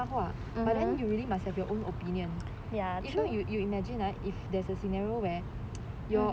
妈妈话 but then you really must have your own opinion if not you you imagine lah if there's a scenario where